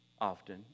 often